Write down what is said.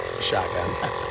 Shotgun